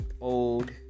old